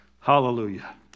hallelujah